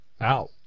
out